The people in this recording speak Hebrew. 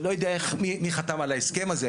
לא יודע מי חתם על ההסכם הזה,